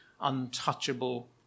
untouchable